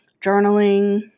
journaling